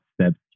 steps